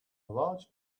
large